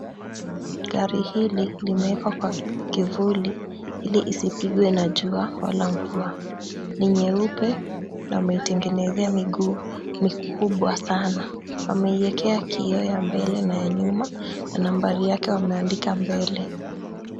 Gari hili limewekwa kwa kivuli ili isipigwe na jua wala mvua. Ni nyeupe na wameitengenezea miguu mikubwa sana. Wameiekea kioo ya mbele na ya nyuma na nambari yake wameandika mbele.